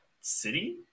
City